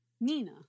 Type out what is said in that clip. Nina